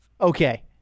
okay